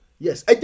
yes